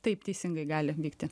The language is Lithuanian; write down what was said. taip teisingai gali vykti